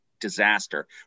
disaster